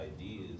ideas